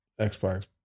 Xbox